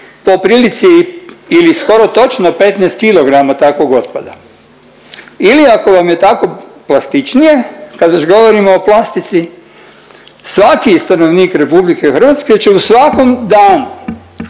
po prilici ili skoro točno 15 kilograma takvog otpada ili ako vam je tako plastičnije kad već govorimo o plastici, svaki stanovnik RH će u svakom danu,